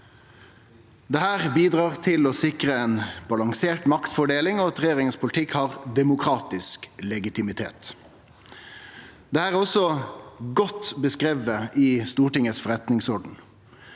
Dette bidrar til å sikre ei balansert maktfordeling og at politikken til regjeringa har demokratisk legitimitet. Dette er også godt beskrive i Stortingets forretningsorden,